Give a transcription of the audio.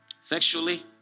Sexually